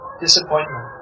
disappointment